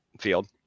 field